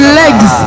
legs